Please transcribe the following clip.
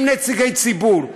עם נציגי ציבור.